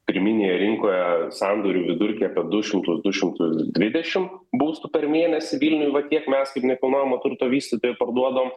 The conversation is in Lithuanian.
pirminėje rinkoje sandorių vidurkį apie du šimtus du šimtus dvidešim būstų per mėnesį vilniuj va tiek mes kaip nekilnojamo turto vystytojai parduodavom